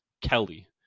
Kelly